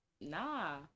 Nah